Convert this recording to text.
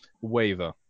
waver